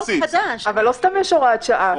אבל לא סתם יש הוראת שעה.